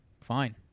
fine